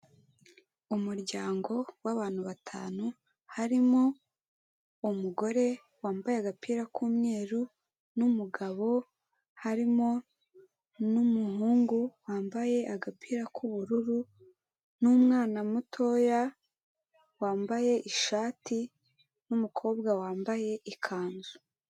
Umuryango w'abantu batanu, harimo umugore wambaye agapira k'umweru n'umugabo harimo n'umuhungu wambaye agapira k'ubururu n'umwana mutoya, wambaye ishati n'umukobwa wambaye ikanzu.